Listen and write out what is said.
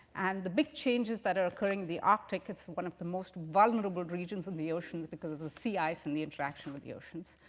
and the big changes that are occurring in the arctic, it's one of the most vulnerable regions in the oceans because of the sea ice and the interaction with the oceans.